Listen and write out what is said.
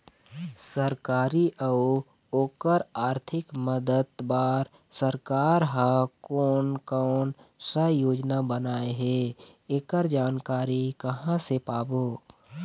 सरकारी अउ ओकर आरथिक मदद बार सरकार हा कोन कौन सा योजना बनाए हे ऐकर जानकारी कहां से पाबो?